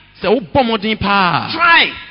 try